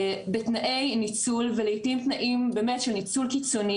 בתנאי ניצול ולעיתים תנאים באמת של ניצול קיצוני,